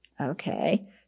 okay